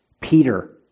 Peter